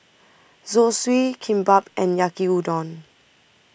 Zosui Kimbap and Yaki Udon